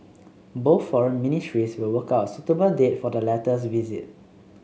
both foreign ministries will work out suitable date for the latter's visit